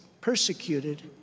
persecuted